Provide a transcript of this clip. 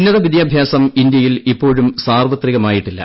ഉന്നത വിദ്യാഭ്യാസം ഇന്ത്യയിൽ ഇപ്പോഴും സാർവത്രികമായിട്ടില്ല